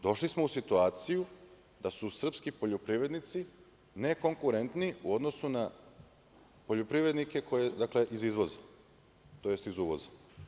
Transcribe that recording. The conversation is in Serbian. Došli smo u situaciju da su sprski poljoprivrednici nekonkurentni u odnosu na poljoprivrednike iz izvoza, tj. iz uvoza.